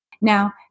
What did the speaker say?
Now